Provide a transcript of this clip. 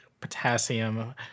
potassium